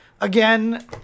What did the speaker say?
again